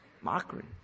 mockery